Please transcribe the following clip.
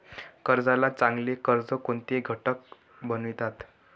कर्जाला चांगले कर्ज कोणते घटक बनवितात?